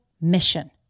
mission